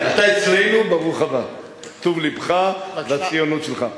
אתה אצלנו ברוך הבא, טוב לבך והציונות שלך.